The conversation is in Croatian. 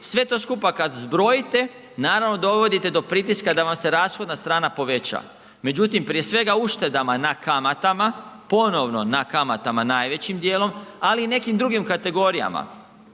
Sve to skupa kada zbrojite naravno dovodite do pritiska da vam se rashodna strana poveća. Međutim, prije svega uštedama na kamatama ponovno na kamatama najvećim dijelom, ali i nekim drugim kategorijama